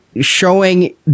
showing